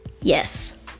Yes